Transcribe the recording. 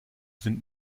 sind